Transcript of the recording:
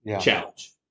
challenge